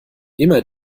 immer